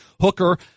Hooker